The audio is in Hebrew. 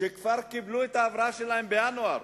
שכבר קיבלו את ההבראה שלהם בינואר.